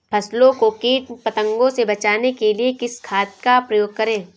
फसलों को कीट पतंगों से बचाने के लिए किस खाद का प्रयोग करें?